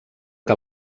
que